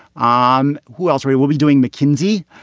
um who else? we will be doing mckinsey,